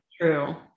true